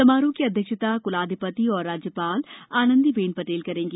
समारोह की अध्यक्षता कुलाधि ति एवं राज्य ाल आनन्दीबेन टेल करेंगी